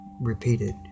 repeated